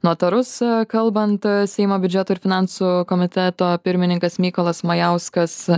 notarus kalbant seimo biudžeto ir finansų komiteto pirmininkas mykolas majauskas